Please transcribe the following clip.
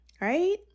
right